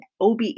OBE